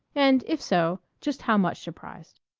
and, if so, just how much surprised.